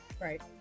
Right